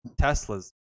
Tesla's